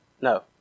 No